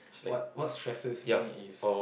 what what stresses me is